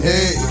Hey